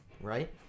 Right